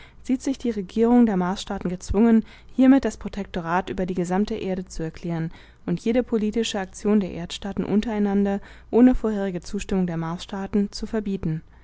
sieht sich die regierung der marsstaaten gezwungen hiermit das protektorat über die gesamte erde zu erklären und jede politische aktion der erdstaaten untereinander ohne vorherige zustimmung der marsstaaten zu verbieten